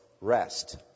rest